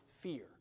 fear